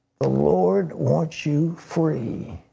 the lord wants you free